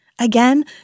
Again